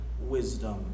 wisdom